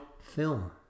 film